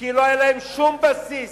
כי לא היה להם שום בסיס,